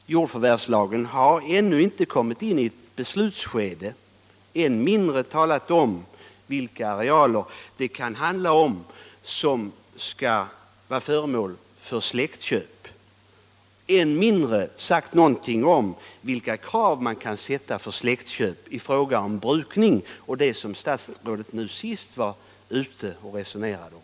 Jordförvärvslagen har ännu inte kommit in i ett beslutsskede, än mindre talat om vilka arealer som kan bli föremål för släktköp och än mindre sagt någonting om vilka krav som kan ställas för släktköp i fråga om brukning av det som statsrådet nu senast resonerade om.